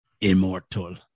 immortal